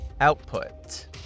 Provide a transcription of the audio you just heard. Output